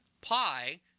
Pi